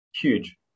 Huge